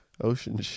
ocean